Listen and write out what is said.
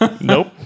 Nope